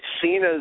Cena's